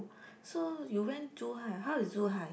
so you went Zhu-Hai how is Zhu-Hai